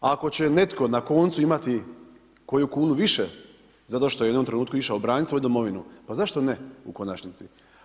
Ako će netko na koncu imati koju kunu više zato što je u jednom trenutku išao braniti svoju domovinu, pa zašto ne u konačnici.